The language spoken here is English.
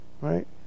right